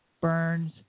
burns